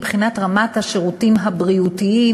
מבחינת רמת השירותים הבריאותיים,